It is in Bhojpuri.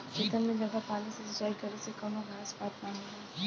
खेतन मे जादा पानी से सिंचाई करे से कवनो घास पात ना होला